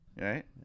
right